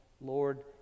Lord